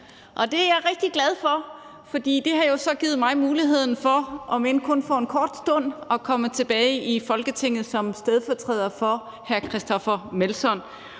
og det er jeg rigtig glad for, for det har jo så givet mig muligheden for, om end kun for en kort stund, at komme tilbage i Folketinget som stedfortræder for hr. Christoffer Aagaard